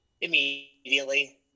Immediately